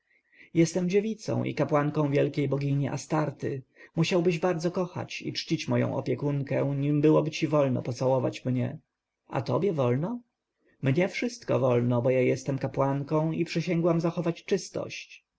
jestem dziewicą i kapłanką wielkiej bogini astarty musiałbyś bardzo kochać i czcić moją opiekunkę nim byłoby ci wolno pocałować mnie a tobie wolno mnie wszystko wolno bo ja jestem kapłanką i przysięgłam zachować czystość